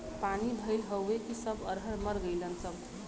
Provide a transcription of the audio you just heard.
पानी भईल हउव कि सब अरहर मर गईलन सब